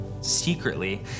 secretly